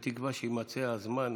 בתקווה שיימצא הזמן המתאים.